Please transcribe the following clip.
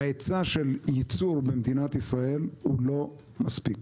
ההיצע של ייצור במדינת ישראל הוא לא מספיק.